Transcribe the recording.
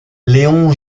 léon